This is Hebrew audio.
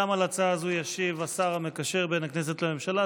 גם על ההצעה הזו ישיב השר המקשר בין הכנסת לממשלה,